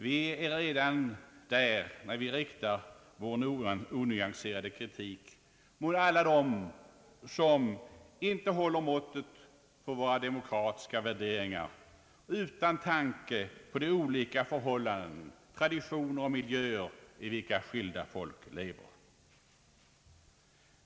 Vi är redan där, när vi riktar vår onyanserade politik mot alla dem som inte håller måttet för våra demokratiska värderingar — utan tanke på de olika förhållanden, traditioner och miljöer, i vilka skilda folk lever.